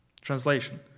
translation